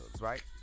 right